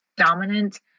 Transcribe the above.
dominant